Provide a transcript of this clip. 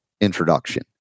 introduction